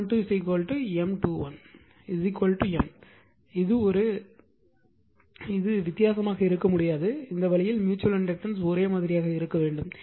ஆனால் அதாவது M12 M21 M இது வித்தியாசமாக இருக்க முடியாது இந்த வழியில் ம்யூச்சுவல் இண்டக்டன்ஸ் ஒரே மாதிரியாக இருக்க வேண்டும்